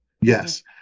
yes